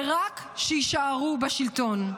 ורק שיישארו בשלטון.